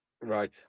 Right